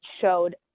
showed